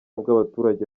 bw’abaturage